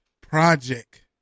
project